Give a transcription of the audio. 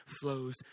flows